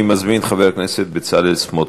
אני מזמין את חבר הכנסת בצלאל סמוטריץ.